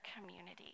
community